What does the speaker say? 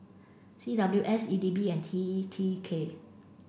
C W S E D B and T T K